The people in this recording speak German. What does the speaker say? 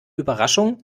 überraschung